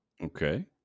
Okay